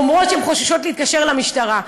אומרות שהן חוששות להתקשר למשטרה.